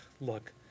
look